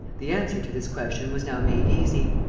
the answer to this question was now made easy.